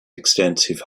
extensive